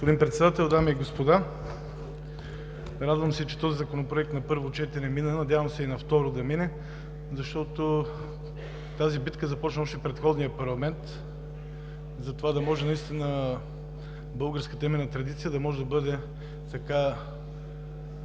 Господин Председател, дами и господа! Радвам се, че този Законопроект на първо четене мина. Надявам се и на второ да мине, защото тази битка започна още в предходния парламент, за това да може наистина българската именна традиция да може да бъде